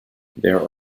there